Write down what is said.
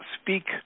speak